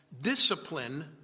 discipline